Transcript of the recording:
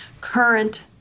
current